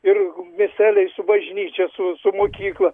ir miesteliai su bažnyčia su su mokykla